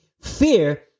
fear